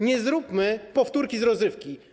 Nie zróbmy powtórki z rozrywki.